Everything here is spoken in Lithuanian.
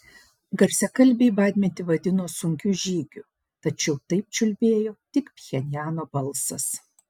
garsiakalbiai badmetį vadino sunkiu žygiu tačiau taip čiulbėjo tik pchenjano balsas